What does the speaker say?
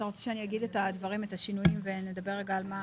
אתה רוצה שאני אגיד את הדברים ואת השינויים ונדבר רגע על מה